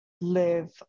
live